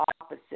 opposite